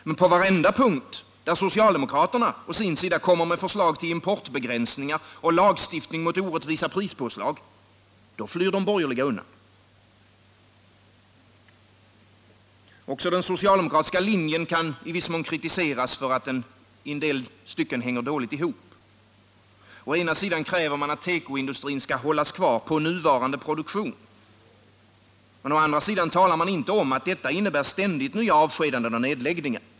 Men på varenda punkt där socialdemokraterna å sin sida kommer med förslag till importbegränsningar och lagstiftning mot orättvisa prispåslag flyr de borgerliga undan. Också den socialdemokratiska linjen kan i viss mån kritiseras för att den i en del stycken hänger dåligt ihop. Å ena sidan kräver man att tekoindustrin skall hållas kvar på nuvarande produktion, mena å andra sidan talar man inte om att detta innebär ständigt nya avskedanden och nedläggningar.